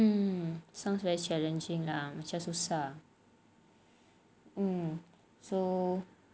hmm sounds very challenging lah macam susah so